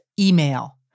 email